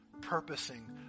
purposing